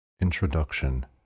Introduction